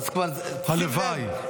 הלוואי.